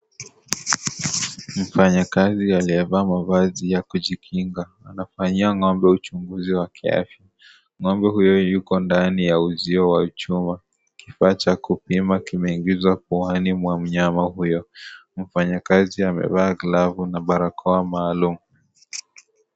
Mfanyakazi aliyevaa mavazi ya kujikinga anafanyia ng'ombe uchunguzi wa kiafya. Ng'ombe huyu yuko ndani ya uzio wa chuma. Kifaa cha kupima kimeingizwa puani mwa mnyama huyo. Mfanyakazi amevaa glavu na barakoa maalum.